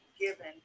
given